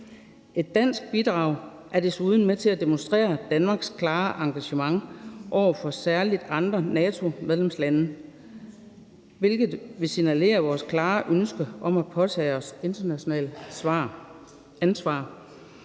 Et dansk bidrag er desuden med til at demonstrere Danmarks klare engagement over for særlig andre NATO-medlemslande, hvilket vil signalere, at vi har et klart ønske om at påtage os internationalt ansvar.